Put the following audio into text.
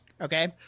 okay